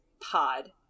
pod